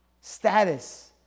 Status